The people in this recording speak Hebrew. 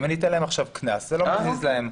אם אני אתן להם עכשיו קנס זה לא מזיז להם.